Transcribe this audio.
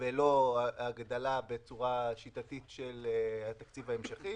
ולא הגדלה בצורה שיטתית של התקציב ההמשכי,